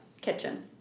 Kitchen